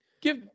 Give